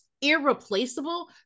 irreplaceable